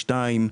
שתיים,